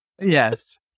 Yes